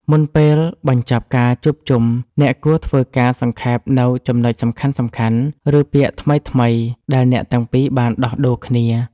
មុនពេលបញ្ចប់ការជួបជុំ អ្នកគួរធ្វើការសង្ខេបនូវចំណុចសំខាន់ៗ ឬពាក្យថ្មីៗដែលអ្នកទាំងពីរបានដោះដូរគ្នា។